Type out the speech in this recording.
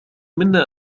منا